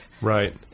Right